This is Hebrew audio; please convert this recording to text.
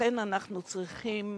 המדענים שלנו צריכים